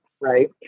right